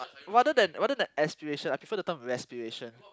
rather than rather than aspiration I prefer the term respiration